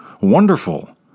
Wonderful